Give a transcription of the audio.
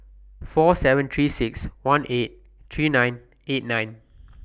four seven three six one eight three nine eight nine